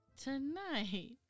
tonight